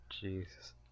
Jesus